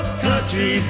country